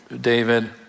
David